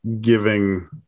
giving